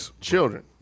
Children